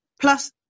plus